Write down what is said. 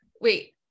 wait